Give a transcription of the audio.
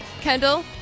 Kendall